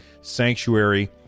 Sanctuary